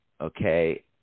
okay